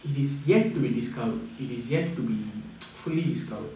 it is yet to be discovered it is yet to be fully discovered